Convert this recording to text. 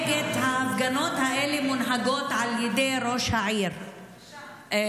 ההפגנות האלה מונהגות על ידי ראש העיר עפולה,